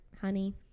honey